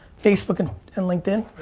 facebook and and linkedin?